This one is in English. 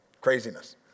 Craziness